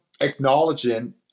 acknowledging